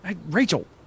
Rachel